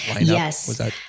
Yes